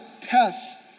test